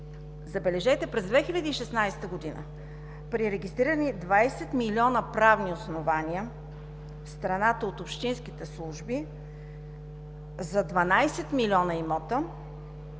забележете: през 2016 г. при регистрирани 20 милиона правни основания в страната от общинските служби за 12 милиона имота,